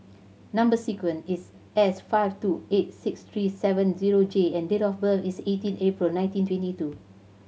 number sequence is S five two eight six three seven zero J and date of birth is eighteen April nineteen twenty two